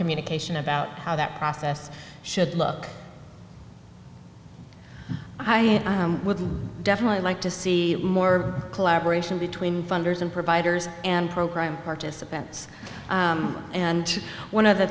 communication about how that process should look i have with definitely like to see more collaboration between funders and providers and program participants and one of the